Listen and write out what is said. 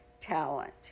talent